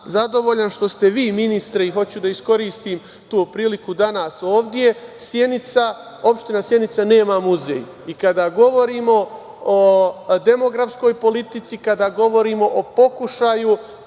što ste vi, ministre i hoću da iskoristim tu priliku danas ovde, Sjenica, opština Sjenica nema muzej i kada govorimo o demografskoj politici, kada govorimo o pokušaju